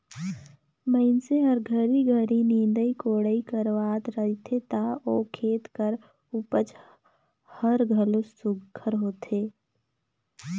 मइनसे हर घरी घरी निंदई कोड़ई करवात रहथे ता ओ खेत कर उपज हर घलो सुग्घर होथे